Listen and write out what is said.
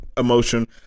emotion